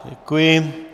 Děkuji.